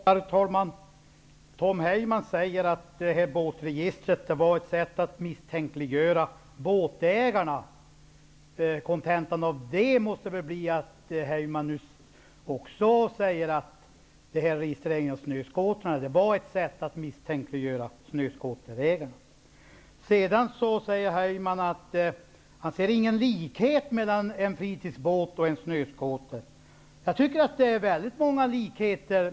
Herr talman! Tom Heyman säger att införandet av båtregistret var ett sätt att misstänkliggöra båtägarna. Kontentan av det måste väl vara att Tom Heyman menar att också registreringen av snöskotrarna var ett sätt att misstänkliggöra snöskoterägarna. Sedan säger Tom Heyman att han inte ser någon likhet mellan en fritidsbåt och en snöskoter. Jag tycker att det finns väldigt många likheter.